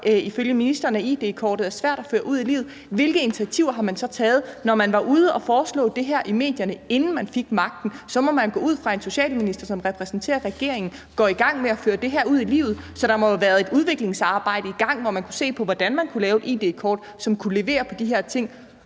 ifølge ministeren gør, at id-kortet er svært at føre ud i livet? Hvilke initiativer har man så taget? Når man var ude at foreslå det her i medierne, inden man fik magten, så må man gå ud fra, at en socialminister, som repræsenterer regeringen, går i gang med at føre det her ud i livet. Så der må have været et udviklingsarbejde i gang, hvor man kunne se på, hvordan man kunne lave et id-kort, som kunne levere på de her ting